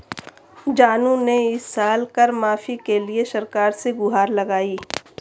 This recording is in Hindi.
जानू ने इस साल कर माफी के लिए सरकार से गुहार लगाई